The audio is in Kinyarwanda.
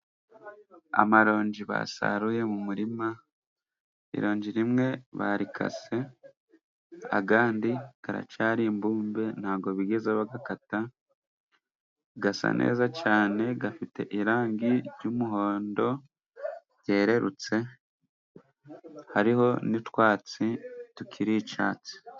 Amaronji basaruye mu murima, ironji rimwe barikase ayandi aracyari imbumbe ntabwo bigeze bayakata, asa neza cyane afite irangi ry'umuhondo ryererutse, hariho n'utwatsi tukiri icyatsi.